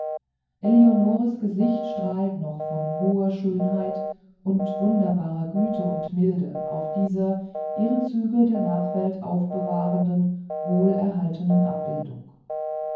eleonorens gesicht strahlt noch von hoher schönheit und wunderbarer güte und milde auf dieser ihre züge der nachwelt aufbewahrenden wohlerhaltenen abbildung